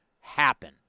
happen